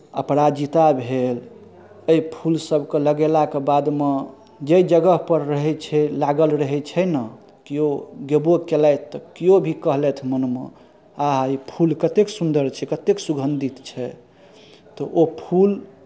अपराजिता भेल एहि फूलसभके लगेलाके बादमे जाहि जगहपर रहै छै लागल रहै छै ने केओ गेबो केलथि केओ भी कहलथि मनमे आहा ई फूल कतेक सुन्दर छै कतेक सुगन्धित छै तऽ ओ फूल